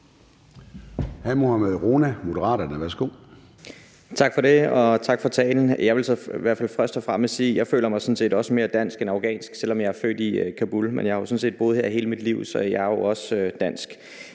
Tak for det, og tak for talen. Jeg vil så i hvert fald først og fremmest sige: Jeg føler mig også mere dansk end afghansk, selv om jeg er født i Kabul, men jeg har sådan set boet her hele mit liv, så jeg er jo også dansk.